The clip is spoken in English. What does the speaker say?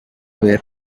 where